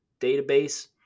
database